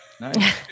Nice